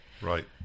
right